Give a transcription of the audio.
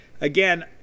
again